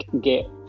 get